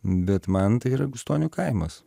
bet man tai yra gustonių kaimas